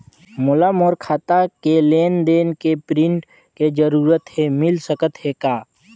मोला मोर खाता के लेन देन के प्रिंट के जरूरत हे मिल सकत हे का?